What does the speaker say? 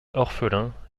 orphelin